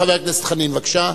חבר הכנסת חנין, בבקשה.